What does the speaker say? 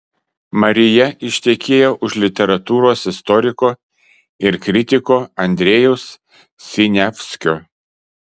marija ištekėjo už literatūros istoriko ir kritiko andrejaus siniavskio